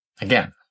Again